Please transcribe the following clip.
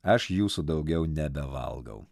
aš jūsų daugiau nebevalgau